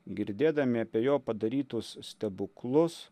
girdėdami apie jo padarytus stebuklus